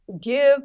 give